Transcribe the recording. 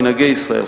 מנהגי ישראל,